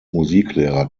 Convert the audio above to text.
musiklehrer